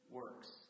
works